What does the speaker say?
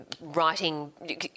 writing –